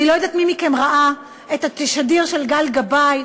אני לא יודעת מי מכם ראה את התשדיר של גל גבאי,